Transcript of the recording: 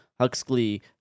Huxley